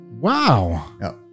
Wow